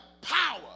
power